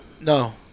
No